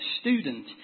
student